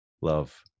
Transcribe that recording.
Love